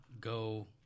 go